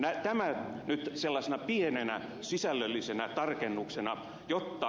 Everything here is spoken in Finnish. tämä nyt sellaisena pienenä sisällöllisenä tarkennuksena jotta ed